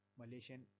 malaysian